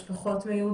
יש פחות מיהודים,